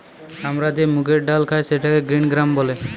আমরা যে মুগের ডাল খাই সেটাকে গ্রিন গ্রাম বলে